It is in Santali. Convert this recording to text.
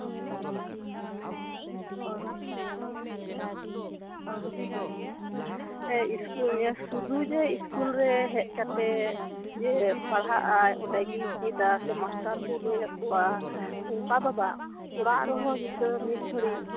ᱦᱮᱸ ᱤᱥᱠᱩᱞ ᱨᱮ ᱥᱩᱫᱩ ᱡᱮ ᱤᱥᱠᱩᱞᱨᱮ ᱦᱮᱡ ᱠᱟᱛᱮ ᱯᱟᱲᱦᱟᱜ ᱟᱭ ᱥᱮ ᱢᱟᱥᱴᱟᱨ ᱠᱚ ᱞᱟᱹᱭᱟᱠᱚᱣᱟ ᱚᱱᱠᱟ ᱫᱚ ᱵᱟᱝ ᱚᱲᱟᱜ ᱨᱮᱦᱚᱸ ᱜᱤᱫᱽᱨᱟᱹ ᱢᱤᱫ ᱜᱷᱟᱹᱲᱤᱡ